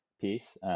piece